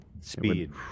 Speed